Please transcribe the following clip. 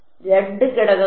2 ഘടകങ്ങൾക്ക്